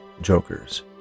jokers